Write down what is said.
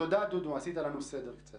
תודה, דודו, עשית לנו קצת סדר.